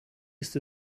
ist